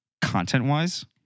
content-wise